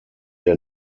der